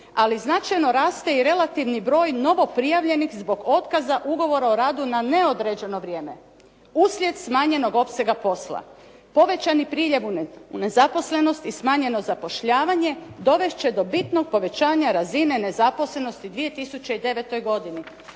ali značajno raste i relativni broj novoprijavljenih zbog otkaza ugovora o radu na neodređeno vrijeme uslijed smanjenog opsega posla. Povećani priljev u nezaposlenost i smanjeno zapošljavanje dovest će do bitnog povećanja razine nezaposlenosti u 2009. godini."